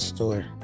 Store